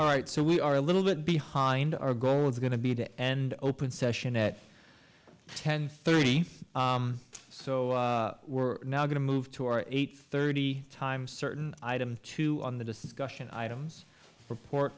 all right so we are a little bit behind our goal is going to be to end open session at ten thirty so we're now going to move to our eight thirty time certain item two on the discussion items report